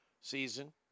season